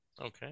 Okay